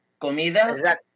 Comida